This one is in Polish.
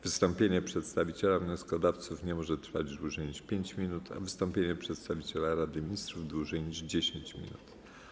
Wystąpienie przedstawiciela wnioskodawców nie może trwać dłużej niż 5 minut, a wystąpienie przedstawiciela Rady Ministrów - dłużej niż 10 minut.